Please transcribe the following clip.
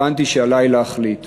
הבנתי שעלי להחליט.